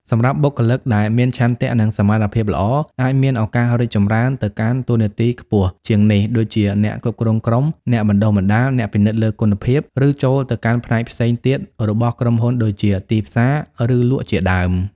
សម្រាប់បុគ្គលិកដែលមានឆន្ទៈនិងសមត្ថភាពល្អ អាចមានឱកាសរីកចម្រើនទៅកាន់តួនាទីខ្ពស់ជាងនេះ ដូចជា អ្នកគ្រប់គ្រងក្រុម អ្នកបណ្ដុះបណ្ដាល អ្នកពិនិត្យលើគុណភាព ឬចូលទៅកាន់ផ្នែកផ្សេងទៀតរបស់ក្រុមហ៊ុនដូចជា ទីផ្សារ ឬលក់ជាដើម។